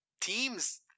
teams